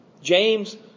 James